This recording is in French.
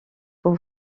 pour